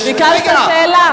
ביקשת שאלה.